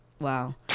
wow